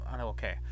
Okay